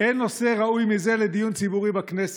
אין נושא ראוי מזה לדיון ציבורי בכנסת.